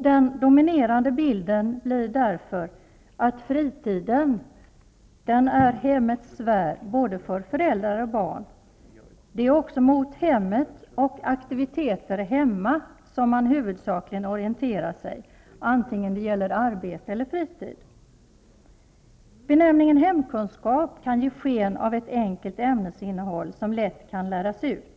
Den dominerande bilden är att fritiden är hemmets sfär för både föräldrar och barn. Det är också mot hemmet och aktiviteter hemma som man huvudsakligen orienterar sig, antingen det gäller arbete eller fritid. Benämningen hemkunskap kan ge sken av ett enkelt ämnesinnehåll som lätt kan läras ut.